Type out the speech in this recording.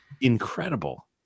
incredible